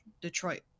Detroit